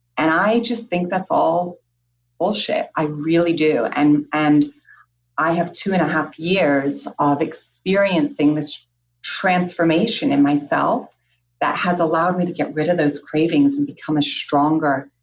and i just think that's all bullshit i really do and and i have two and a half years of experiencing this transformation in myself that has allowed me to get rid of those cravings and become a stronger,